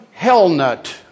Hellnut